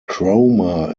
cromer